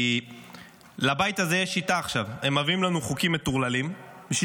כי לבית הזה יש שיטה: הם מביאים לנו חוקים מטורללים בשביל